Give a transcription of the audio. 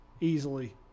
Easily